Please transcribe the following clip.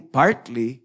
partly